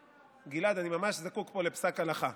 גלעד, אני ממש זקוק פה לפסק הלכה: